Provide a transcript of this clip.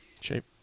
shape